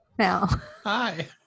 Hi